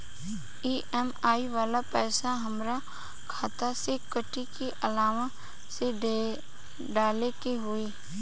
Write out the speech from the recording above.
EMI वाला पैसा हाम्रा खाता से कटी की अलावा से डाले के होई?